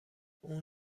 اون